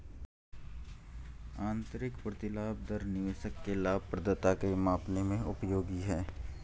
आंतरिक प्रतिलाभ दर निवेशक के लाभप्रदता को मापने में उपयोगी है